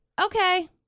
Okay